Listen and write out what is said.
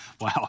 Wow